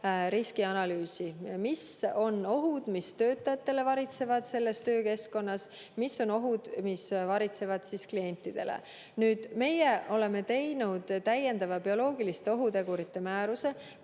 riskianalüüsi, mis on ohud, mis töötajaid varitsevad selles töökeskkonnas, ja mis on ohud, mis varitsevad kliente. Meie oleme teinud täiendava bioloogiliste ohutegurite määruse,